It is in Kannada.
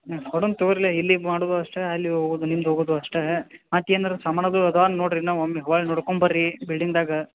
ಹ್ಞೂ ಕೊಡೋನ ತಗೋರಿ ಇಲ್ಲಿ ಇದು ಮಾಡುದು ಅಷ್ಟ ಅಲ್ಲಿಗೆ ಹೋಗುದು ನಿಮ್ದು ಹೋಗುದು ಅಷ್ಟ ಮತ್ತು ಏನಾರ ಸಾಮಾನು ಅದು ಅದಾ ನೋಡ್ರಿ ಇನ್ನ ಒಮ್ಮೆ ಒಳ ನೋಡ್ಕೊಂಬರ್ರಿ ಬಿಲ್ಡಿಂಗ್ದಾಗ